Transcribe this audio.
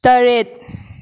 ꯇꯔꯦꯠ